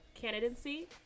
candidacy